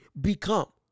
become